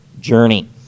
journey